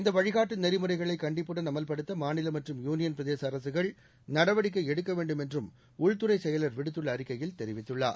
இந்த வழிகாட்டு நெறிமுறைகளை கண்டிப்புடன் அமல்படுத்த மாநில மற்றும் யூனியன் பிரதேச அரசுகள் நடவடிக்கை எடுக்க வேண்டும் என்றும் உள்துறைச் செயலர் விடுத்துள்ள அறிக்கையில் தெரிவித்துள்ளார்